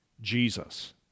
Jesus